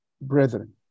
Brethren